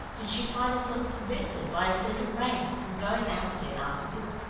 did she find herself prevented by a settled rain from going out again after dinner.